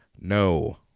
no